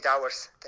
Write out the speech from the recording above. hours